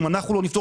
אם אנחנו לא נפתור,